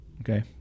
Okay